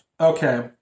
Okay